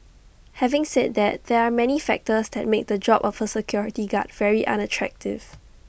having said that there are many factors that make the job of A security guard very unattractive